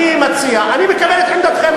אני המציע, אני מקבל את עמדתכם.